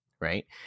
right